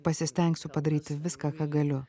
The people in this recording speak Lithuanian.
pasistengsiu padaryti viską ką galiu